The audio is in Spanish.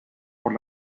por